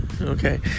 Okay